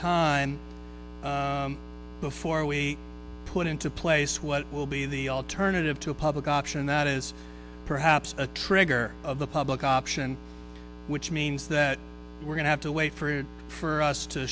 time before we put into place what will be the alternative to a public option that is perhaps a trigger of the public option which means that we're going to have to wait for